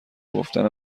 گفتن